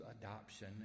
adoption